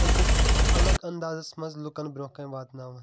أکِس الگ انٛدازَس منٛز لُکن برۄنٛہہ کٔنۍ واتناوان